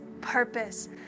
purpose